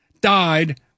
died